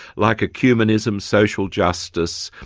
like ecumenism, social justice,